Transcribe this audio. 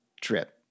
trip